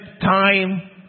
time